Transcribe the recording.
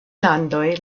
landoj